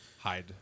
Hide